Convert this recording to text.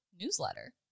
newsletter